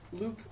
Luke